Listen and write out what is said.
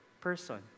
person